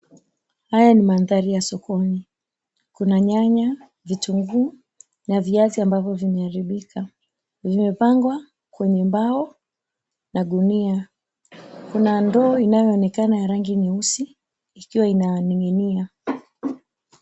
Haya ni mandari ya sokoni kuna nyanya, vitunguu na viazi ambavyo vimeharibika vimepangwa kwenye mbao na gunia, kuna ndoo inayoonekana ya rangi nyeusi ikiwa inang'inia.